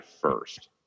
first